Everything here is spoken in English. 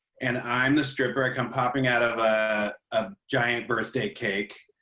and i'm the stripper. i come popping out of a ah giant birthday cake.